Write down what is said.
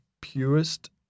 purest